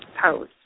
pose